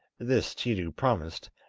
this tiidu promised,